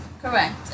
Correct